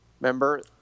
Remember